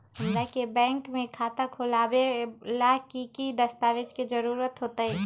हमरा के बैंक में खाता खोलबाबे ला की की दस्तावेज के जरूरत होतई?